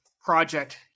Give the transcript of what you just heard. project